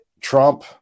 Trump